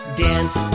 dance